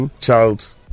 child